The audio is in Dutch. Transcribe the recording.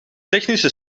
technische